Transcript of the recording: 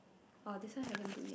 oh this one haven't do yet